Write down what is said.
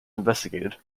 investigated